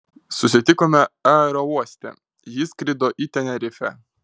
susitikome aerouoste ji skrido į tenerifę